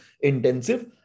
intensive